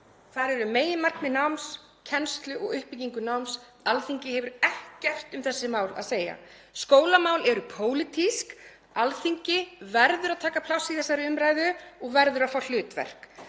Þar eru meginmarkmið náms, kennslu og uppbyggingar náms. Alþingi hefur ekkert um þessi mál að segja. Skólamál eru pólitísk. Alþingi verður að taka pláss í þessari umræðu og verður að fá hlutverk.